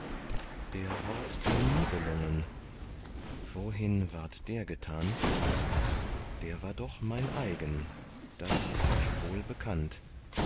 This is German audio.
der hort der nibelungen wohin ward der getan der war doch mein eigen das ist euch wohl bekannt